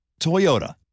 Toyota